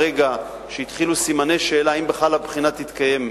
ברגע שהתחילו סימני שאלה אם בכלל הבחינה תתקיים,